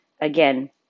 again